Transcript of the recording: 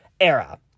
era